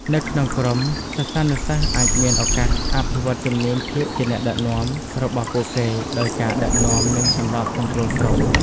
នៅក្នុងក្រុម សិស្សានុសិស្សអាចមានឱកាស អភិវឌ្ឍជំនាញភាពជាអ្នកដឹកនាំ របស់ពួកគេ ដោយការដឹកនាំ និងសម្របសម្រួលក្រុម។